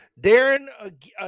Darren